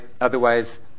otherwise